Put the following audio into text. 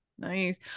Nice